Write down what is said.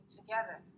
together